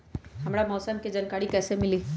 हमरा मौसम के जानकारी कैसी मिली?